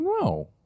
no